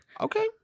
Okay